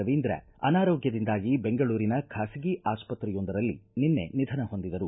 ರವೀಂದ್ರ ಅನಾರೋಗ್ಯದಿಂದಾಗಿ ಬೆಂಗಳೂರಿನ ಖಾಸಗಿ ಆಸ್ಪತ್ತೆಯೊಂದರಲ್ಲಿ ನಿನ್ನೆ ನಿಧನ ಹೊಂದಿದರು